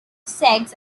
sex